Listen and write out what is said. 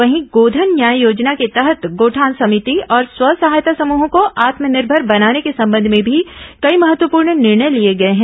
वहीं गोधन न्याय योजना के तहत गौठान समिति और स्व सहायता समूहों को आत्मनिर्भर बनाने के संबंध में भी कई महत्वपूर्ण निर्णय लिए गए हैं